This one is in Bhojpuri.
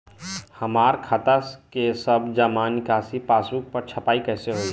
हमार खाता के सब जमा निकासी पासबुक पर छपाई कैसे होई?